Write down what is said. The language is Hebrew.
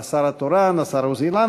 ובהצעת חוק הבחירות לכנסת (תיקון מס' 62),